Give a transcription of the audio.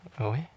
Oui